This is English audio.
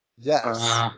Yes